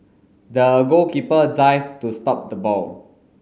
the goalkeeper dived to stop the ball